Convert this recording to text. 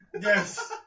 Yes